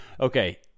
okay